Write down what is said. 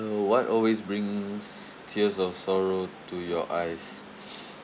what always brings tears of sorrow to your eyes